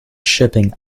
shipping